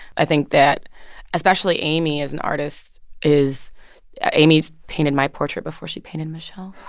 i think that especially amy as an artist is amy painted my portrait before she painted michelle's